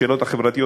השאלות החברתיות,